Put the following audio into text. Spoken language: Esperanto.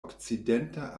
okcidenta